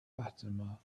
fatima